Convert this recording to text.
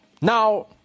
Now